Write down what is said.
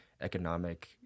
economic